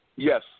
Yes